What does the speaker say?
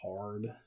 hard